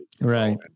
Right